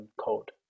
code